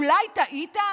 אולי טעית?